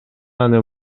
аны